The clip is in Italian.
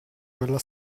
quella